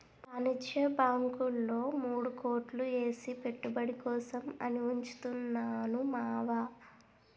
వాణిజ్య బాంకుల్లో మూడు కోట్లు ఏసి పెట్టుబడి కోసం అని ఉంచుతున్నాను మావా